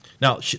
Now